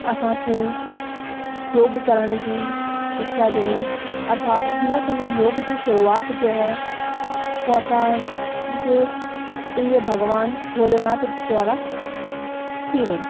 असांखे योग करण जी शिक्षा ॾिनी अर्थात हुन समय योग जी शुरूआत जो है पोइ असांजे प्रिय भगवानु भोलेनाथ द्वारा थी वयी